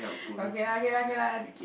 okay lah K lah K lah